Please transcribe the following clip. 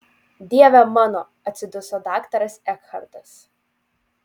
dieve mano atsiduso daktaras ekhartas